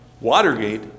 Watergate